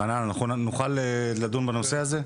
חנן, אנחנו נוכל לדון בנושא הזה?